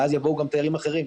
ואז יבואו גם תיירים אחרים.